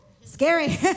Scary